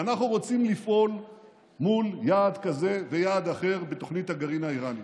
אנחנו רוצים לפעול מול יעד כזה ויעד אחר בתוכנית הגרעין האיראנית.